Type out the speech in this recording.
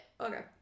Okay